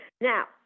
Now